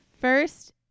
first